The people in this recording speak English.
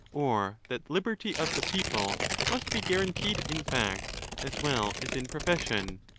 or that liberty of the people must be guaranteed in fact as well as in profession.